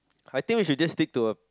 I think we should just stick to a